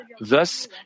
Thus